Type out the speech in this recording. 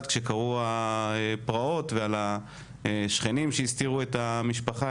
שקרו הפרעות ועל השכנים שהסתירו את המשפחה,